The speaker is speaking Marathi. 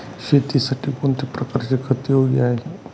शेतीसाठी कोणत्या प्रकारचे खत योग्य आहे?